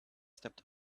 stepped